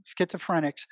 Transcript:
schizophrenics